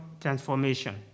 transformation